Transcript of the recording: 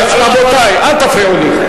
רבותי, אל תפריעו לי.